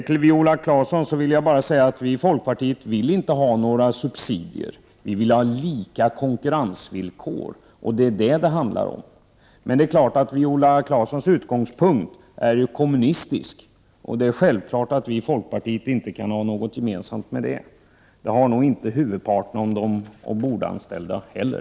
Till Viola Claesson vill jag säga att vi i folkpartiet inte vill ha några subsidier. Vi vill ha lika konkurrensvillkor. Det är detta det handlar om. Men det är givet att Viola Claessons utgångspunkt är kommunistisk. Då är det självklart att vi i folkpartiet inte kan ha så mycket gemensamt med en sådan, och det har nog inte huvudparten av de ombordanställda heller.